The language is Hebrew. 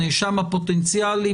הנאשם הפוטנציאלי,